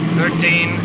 thirteen